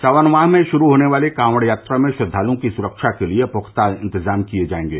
सावन माह में षुरू होने वाली कॉवड़ यात्रा में श्रद्धालुओं की सुरक्षा के लिए पुख्ता इंतजाम किये जायेंगे